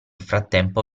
frattempo